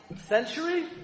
century